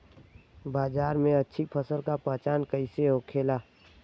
बाजार में अच्छी फसल का पहचान कैसे होखेला?